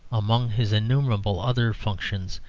among his innumerable other functions,